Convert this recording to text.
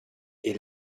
est